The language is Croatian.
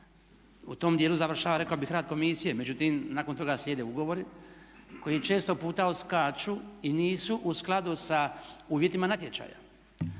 U tom dijelu završava rekao bih rad komisije. Međutim, nakon toga slijede ugovori koji često puta odskaču i nisu u skladu sa uvjetima natječaja.